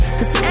Cause